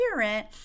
parent